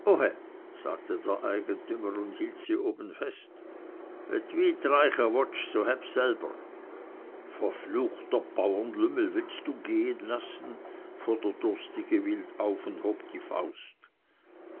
sagte der eigentümer und hielt sie oben fest we d wy treiche wotsch su heb selber verfluchter bauernlümmel willst du gehen lassen fuhr der durstige wild auf und hob die faust